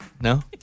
No